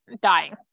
dying